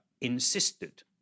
insisted